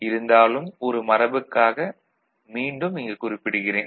இருந்தாலும் ஒரு மரபுக்காக மீண்டும் இங்கு குறிப்பிடுகிறேன்